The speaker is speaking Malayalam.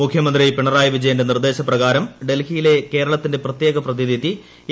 മുഖ്യമന്ത്രി പിണറായി വിജയന്റെ നിർദ്ദേശപ്രകാരം ഡൽഹിയിലെ കേരളത്തിന്റെ പ്രത്യേക പ്രതിനിധി എ